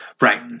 Right